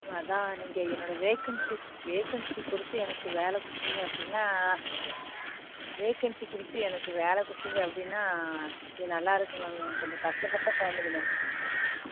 அதான் நீங்கள் என்னோட வேகன்சி வேகன்சி பொறுத்து எனக்கு வேலை கொடுத்தீங்க அப்படின்னா வேகன்சி கொடுத்து எனக்கு வேலை கொடுத்தீங்க அப்படின்னா கொஞ்சம் நல்லாயிருக்கும் மேம் எனக்கு கொஞ்சம் கஷ்டப்பட்ட ஃபேம்லி மேம்